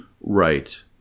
Right